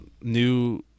new